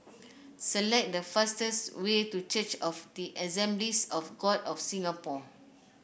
select the fastest way to Church of the Assemblies of God of Singapore